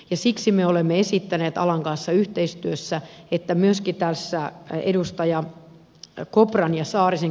ja siksi me olemme esittäneet alan kanssa yhteistyössä että myöskin tässä edustaja rock oopperan ja saarisen